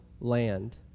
land